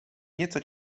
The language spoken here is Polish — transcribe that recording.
nieco